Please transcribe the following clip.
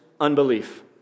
unbelief